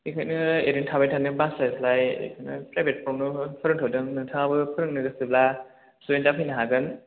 बेखायनो एरैनो थाबाय थानो बास्लायस्लाय बेखौनो प्राइभेटफ्रावनो फोरोंथ'दों नोथांआबो फोरोंनो गोसोब्ला जयेन जाफैनो हागोन